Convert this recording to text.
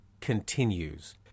continues